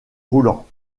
roulant